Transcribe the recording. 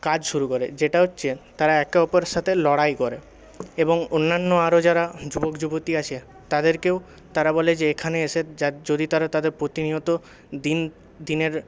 কাজ শুরু করে যেটা হচ্ছে তারা একে অপরের সাথে লড়াই করে এবং অন্যান্য আরও যারা যুবক যুবতী আছে তাদেরকেও তারা বলে যে এখানে এসে যদি তারা তাদের প্রতিনিয়ত দিনের